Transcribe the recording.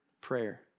prayer